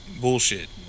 bullshit